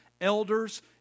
elders